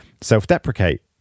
self-deprecate